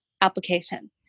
application